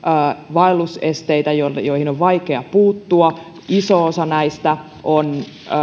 vaellusesteitä joihin on vaikea puuttua iso osa näistä on